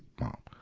mom,